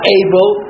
able